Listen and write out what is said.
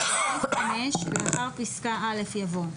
(7)בסעיף 5, לאחר פסקה (א) יבוא: